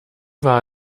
war